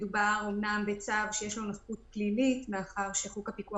מדובר בצו שיש לו נפקות פלילית מאחר שחוק הפיקוח